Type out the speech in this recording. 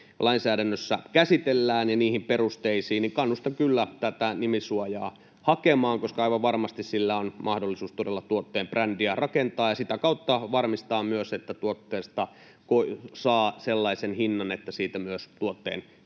lainsäädännössä käsitellään, ja niihin perusteisiin — tätä nimisuojaa hakevat, mihin kyllä kannustan, koska aivan varmasti sillä on mahdollisuus todella tuotteen brändiä rakentaa ja sitä kautta varmistaa myös, että tuotteesta saa sellaisen hinnan, että siitä myös tuotteen